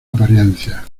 apariencia